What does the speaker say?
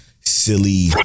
silly